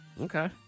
Okay